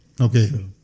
Okay